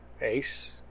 Ace